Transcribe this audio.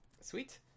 Sweet